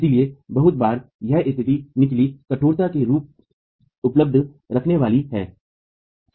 इसलिए बहुत बार यह स्थिति निचली कठोरता की उपलब्ध रखने वाली है